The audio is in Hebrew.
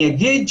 אני אגיד,